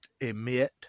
emit